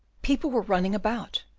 people were running about,